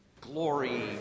glory